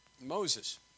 Moses